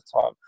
time